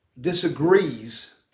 disagrees